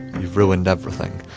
you've ruined everything!